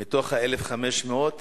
מתוך ה-10,500,